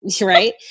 Right